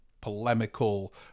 polemical